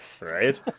Right